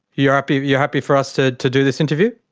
you're happy you're happy for us to to do this interview?